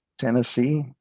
Tennessee